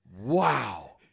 wow